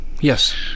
Yes